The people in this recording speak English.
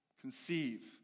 Conceive